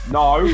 no